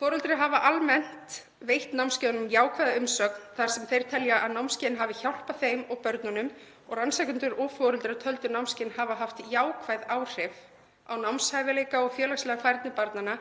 Foreldrar hafa almennt veitt námskeiðunum jákvæða umsögn þar sem þeir telja að námskeiðin hafi hjálpað þeim og börnunum og rannsakendur og foreldrar töldu námskeiðin hafa haft jákvæð áhrif á námshæfileika og félagslega færni barnanna